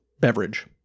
beverage